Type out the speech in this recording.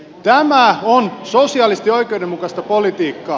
tämä on sosiaalisesti oikeudenmukaista politiikkaa